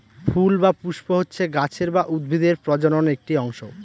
ফুল বা পুস্প হচ্ছে গাছের বা উদ্ভিদের প্রজনন একটি অংশ